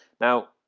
Now